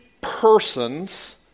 persons